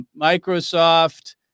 Microsoft